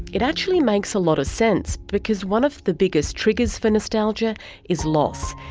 it actually makes a lot of sense, because one of the biggest triggers for nostalgia is loss.